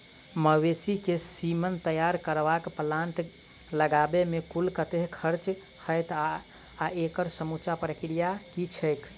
मवेसी केँ सीमन तैयार करबाक प्लांट लगाबै मे कुल कतेक खर्चा हएत आ एकड़ समूचा प्रक्रिया की छैक?